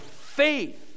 faith